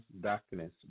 darkness